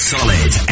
Solid